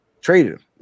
traded